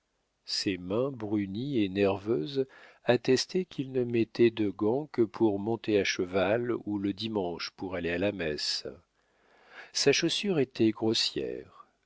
ses mains brunies et nerveuses attestaient qu'il ne mettait de gants que pour monter à cheval ou le dimanche pour aller à la messe sa chaussure était grossière